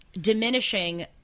diminishing